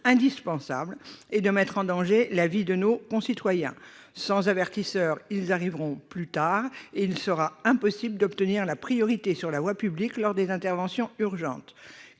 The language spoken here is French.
indispensables et de mettre en danger la vie de nos concitoyens : sans avertisseurs, ces véhicules arriveront plus tard et il leur sera impossible d'obtenir la priorité sur la voie publique lors des interventions urgentes.